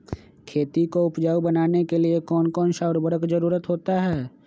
खेती को उपजाऊ बनाने के लिए कौन कौन सा उर्वरक जरुरत होता हैं?